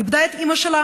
איבדה את אימא שלה